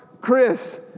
Chris